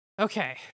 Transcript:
okay